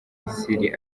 misiri